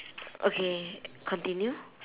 okay continue